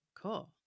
cool